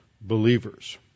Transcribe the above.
believers